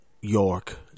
York